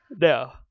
no